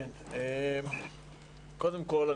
קודם כל,